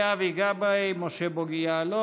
אחרי אבי גבאי, משה בוגי יעלון.